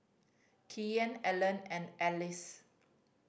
Kyan Allan and Alcee